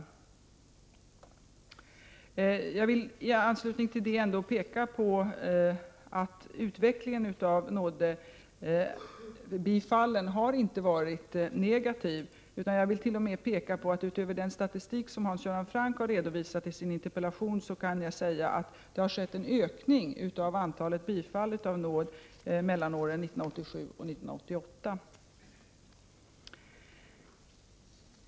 Jag villi anslutning till detta peka på att utvecklingen i fråga om nådebifallen inte har varit negativ. Jag vill t.o.m. peka på att det, utöver vad som framgår av den statistik som Hans Göran Franck har redovisat i sin interpellation, har skett en ökning av antalet bifall av nådeansökningar mellan åren 1987 och 1988.